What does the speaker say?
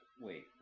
wait